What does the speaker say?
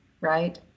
right